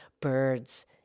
birds